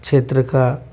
क्षेत्र का